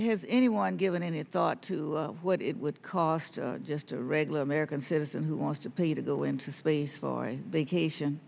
has anyone given any thought to what it would cost just a regular american citizen who wants to pay to go into sleaze for a vacation